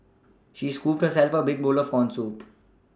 she scooped herself a big bowl of corn soup